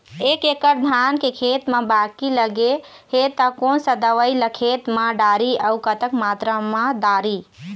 एक एकड़ धान के खेत मा बाकी लगे हे ता कोन सा दवई ला खेत मा डारी अऊ कतक मात्रा मा दारी?